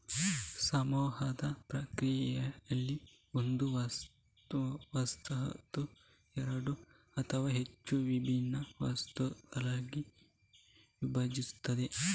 ಸಮೂಹದ ಪ್ರಕ್ರಿಯೆಯಲ್ಲಿ, ಒಂದು ವಸಾಹತು ಎರಡು ಅಥವಾ ಹೆಚ್ಚು ವಿಭಿನ್ನ ವಸಾಹತುಗಳಾಗಿ ವಿಭಜಿಸುತ್ತದೆ